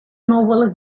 novel